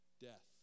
Death